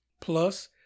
plus